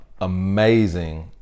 amazing